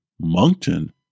Moncton